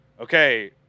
okay